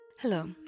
Hello